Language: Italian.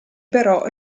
però